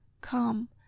Come